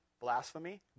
blasphemy